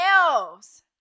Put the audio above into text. else